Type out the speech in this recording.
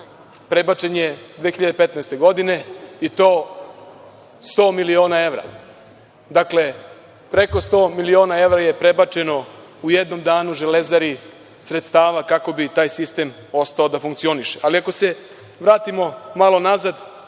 prebačen je 2015. godine i to 100 miliona evra. Preko 100 miliona evra je prebačeno u jednom danu „Železari“ sredstava kako bi taj sistem ostao da funkcioniše. Ali, ako se vratimo malo nazad